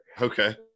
Okay